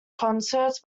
concerts